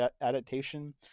adaptation